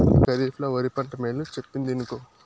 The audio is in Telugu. ఈ కరీఫ్ ల ఒరి పంట మేలు చెప్పిందినుకో